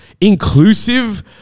inclusive